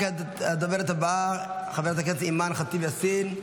הדוברת הבאה חברת הכנסת אימאן ח'טיב יאסין,